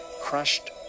crushed